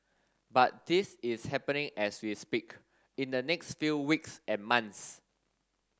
but this is happening as we speak in the next few weeks and months